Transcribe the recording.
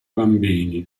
bambini